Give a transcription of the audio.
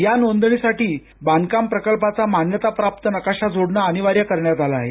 या नोंदणीसाठी बांधकाम प्रकल्पाचा मान्यताप्राप्त नकाशा जोडणं अनिवार्य करण्यात आलं आहे